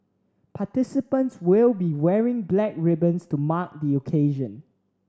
participants will be wearing black ribbons to mark the occasion